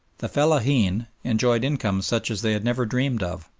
the fellaheen enjoyed incomes such as they had never dreamed of,